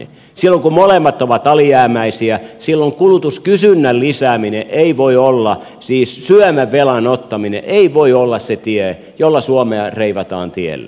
silloin kun molemmat ovat alijäämäisiä silloin kulutuskysynnän lisääminen siis syömävelan ottaminen ei voi olla se tie jolla suomea reivataan tielle